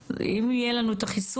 בנות,